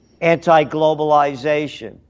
Anti-globalization